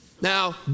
Now